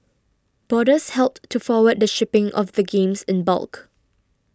boarders helped to forward the shipping of the games in bulk